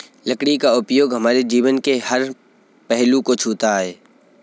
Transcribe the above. लकड़ी का उपयोग हमारे जीवन के हर पहलू को छूता है